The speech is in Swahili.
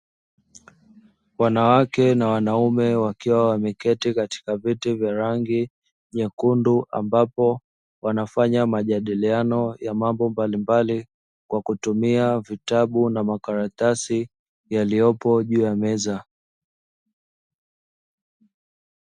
Wanawake na wanaume wakiwa wameketi katika viti vya rangi nyekundu, ambapo wanafanya majadiliano ya mambo mbalimbali kwa kutumia vitabu na makaratasi yaliyopo juu ya meza.